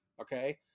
Okay